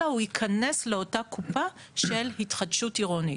אלא הוא ייכנס לאותה קופה של התחדשות עירונית.